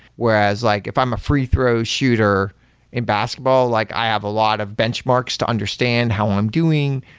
whereas, like if i'm a free-throw shooter in basketball, like i have a lot of benchmarks to understand, how i'm doing?